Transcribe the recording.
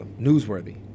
newsworthy